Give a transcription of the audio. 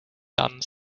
done